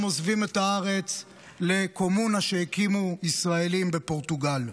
הם עוזבים את הארץ לקומונה שהקימו ישראלים בפורטוגל.